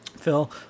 Phil